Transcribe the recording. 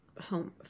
home